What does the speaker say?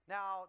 Now